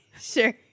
Sure